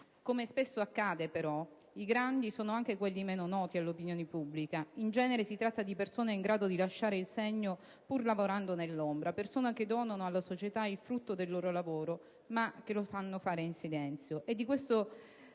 Come spesso accade, però, i "grandi" sono anche quelli meno noti all'opinione pubblica: in genere, si tratta di persone in grado di lasciare il segno pur lavorando nell'ombra, persone che donano alla società il frutto del loro lavoro, ma che lo sanno fare in silenzio.